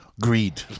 Greed